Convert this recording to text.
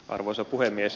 arvoisa puhemies